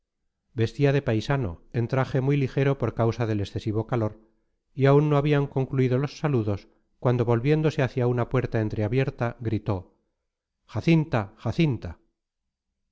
vestía de paisano en traje muy ligero por causa del excesivo calor y aún no habían concluido los saludos cuando volviéndose hacia una puerta entreabierta gritó jacinta jacinta